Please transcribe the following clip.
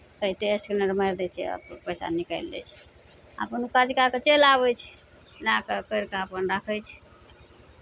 scanner मारि दै छै आब पैसा निकालि लै छै अपन ओ काज कए कऽ चलि आबै छै लए कऽ करि कऽ अपन राखै छै